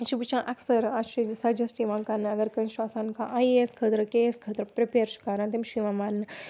یہِ چھُ وٕچھان اَکثَر اَسہِ چھِ سَجَسٹ یِوان کَرنہٕ اَگر کٲنٛسہِ چھُ آسان کانٛہہ آی اے اٮ۪س خٲطرٕ کے اٮ۪س خٲطرٕ پرٛپیَر چھُ کَران تٔمِس چھِ یِوان وَنٛنہٕ